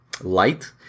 light